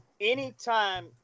Anytime